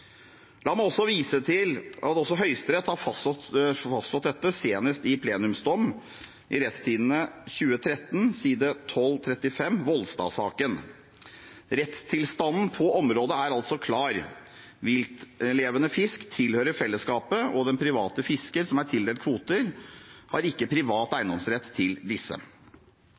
La meg vise til at også Høyesterett har fastslått dette, senest i plenumsdommen i Rt. 2013 side 1345, Volstad-saken. Rettstilstanden på området er altså klar: Viltlevende fisk tilhører fellesskapet, og den private fisker som er tildelt kvoter, har ikke privat eiendomsrett til disse.